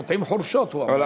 נוטעים חורשות, הוא אמר, לא?